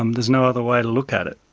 um there's no other way to look at it.